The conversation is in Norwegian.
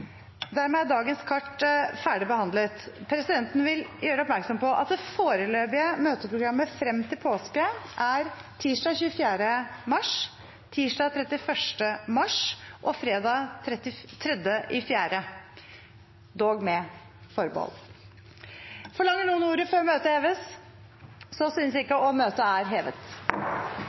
Dermed er dagens kart ferdigbehandlet. Presidenten vil gjøre oppmerksom på at det foreløpige møteprogrammet frem til påske er: tirsdag 24. mars, tirsdag 31. mars og fredag 3. april – dog med forbehold. Forlanger noen ordet før møtet heves? – Møtet er hevet.